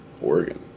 Oregon